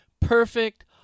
perfect